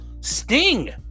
Sting